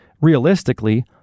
Realistically